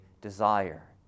desire